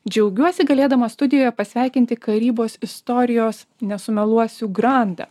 džiaugiuosi galėdama studijo pasveikinti karybos istorijos nesumeluosiu grandą